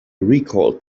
recalled